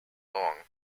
long